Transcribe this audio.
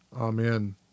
Amen